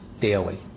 daily